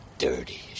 Dirty